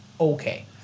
okay